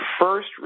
first